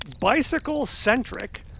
bicycle-centric